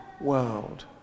world